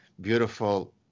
beautiful